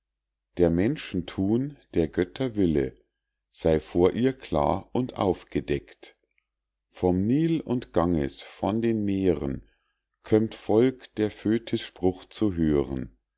der menschen thun der götter wille sey vor ihr klar und aufgedeckt vom nil und ganges von den meeren kömmt volk der fotis spruch zu hören